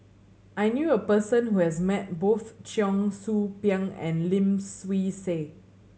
I knew a person who has met both Cheong Soo Pieng and Lim Swee Say